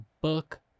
book